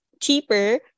cheaper